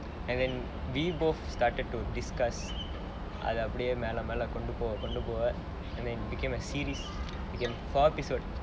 and then we both started to discuss அது அப்படியே மேல மேல கொண்டு போக:athu appadiyae mela mela kondu poga and then became a series became four episode